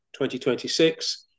2026